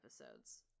episodes